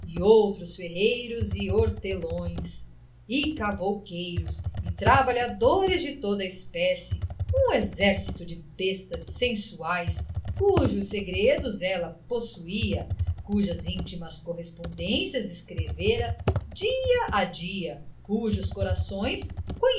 outros ferreiros e hortelões e cavouqueiros e trabalhadores de toda a espécie um exército de bestas sensuais cujos segredos ela possuía cujas íntimas correspondências escrevera dia a dia cujos corações